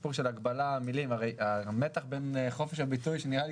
הגבלה על מילים כי המתח בין חופש הביטוי שנראה לי